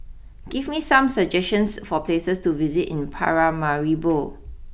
give me some suggestions for places to visit in Paramaribo